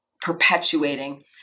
perpetuating